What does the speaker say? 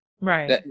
right